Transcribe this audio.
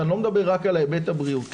ואני לא מדבר רק על ההיבט הבריאותי,